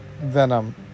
Venom